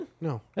No